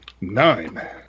Nine